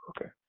okay